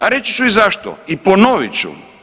A reći ću i zašto i ponovit ću.